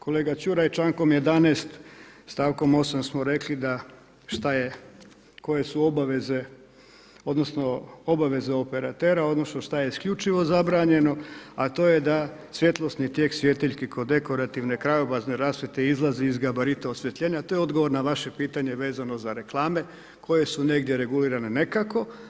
Kolega Čuraj člankom 11. stavkom 8. smo rekli da što je, koje su obaveze odnosno obaveze operatera odnosno što je isključivo zabranjeno, a to je da svjetlosni tijek svjetiljki kod dekorativne krajobrazne rasvjete izlazi iz gabarita osvjetljenja, to je odgovor na vaše pitanje vezano za reklame koje su negdje regulirane nekako.